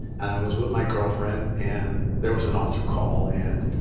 and i was with my girlfriend, and there was an alter call, and